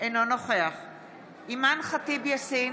נוכח אימאן ח'טיב יאסין,